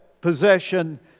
possession